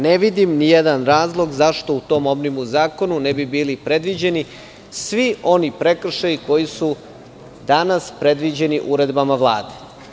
Ne vidim nijedan razlog zašto u tom omnibus zakonu ne bi bili predviđeni svi oni prekršaji koji su danas predviđeni uredbama Vlade.